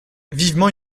vivement